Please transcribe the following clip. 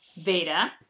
veda